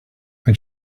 when